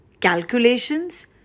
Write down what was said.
calculations